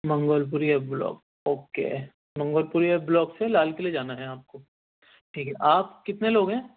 منگول پوری F block okay Mangolpuri F block سے لال قلعے جانا ہے آپ کو ٹھیک ہے آپ کتنے لوگ ہیں